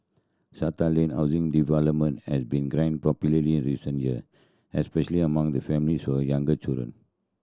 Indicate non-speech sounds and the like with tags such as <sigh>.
strata landed housing development has been <unintelligible> popularity recent year especially among the families or younger children